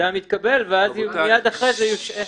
-- שאדם התקבל ומייד אחרי זה יושעה.